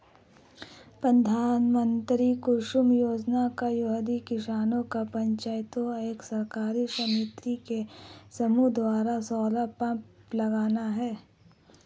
प्रधानमंत्री कुसुम योजना का उद्देश्य किसानों पंचायतों और सरकारी समितियों के समूह द्वारा सोलर पंप लगाना है